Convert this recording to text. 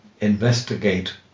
investigate